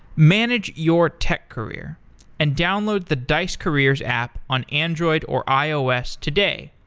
manage your tech career and download the dice careers app on android or ios today.